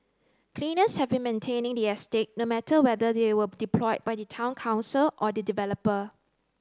cleaners have been maintaining the estate no matter whether they were deployed by the Town Council or the developer